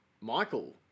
Michael